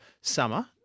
summer